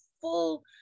full